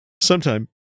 sometime